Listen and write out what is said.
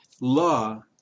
Law